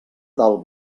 del